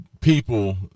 people